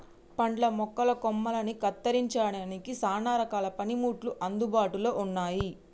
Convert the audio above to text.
పండ్ల మొక్కల కొమ్మలని కత్తిరించడానికి సానా రకాల పనిముట్లు అందుబాటులో ఉన్నాయి